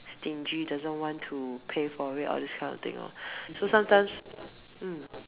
stingy doesn't want to pay for it all these kind of thing lor so sometimes mm